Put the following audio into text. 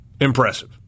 impressive